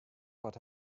but